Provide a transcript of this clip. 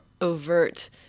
overt